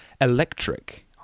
Electric